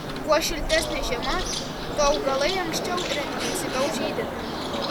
kuo šiltesnė žiema tuo augalai anksčiau ir intensyviau žydi